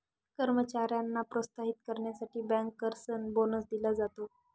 कर्मचाऱ्यांना प्रोत्साहित करण्यासाठी बँकर्सना बोनस दिला जातो